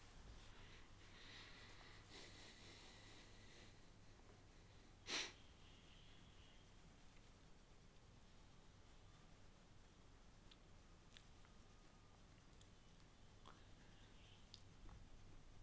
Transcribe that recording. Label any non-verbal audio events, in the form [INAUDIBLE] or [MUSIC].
[BREATH] [NOISE]